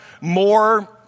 more